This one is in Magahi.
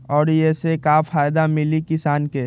और ये से का फायदा मिली किसान के?